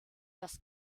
das